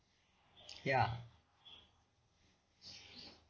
ya